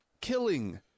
Killing-